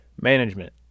management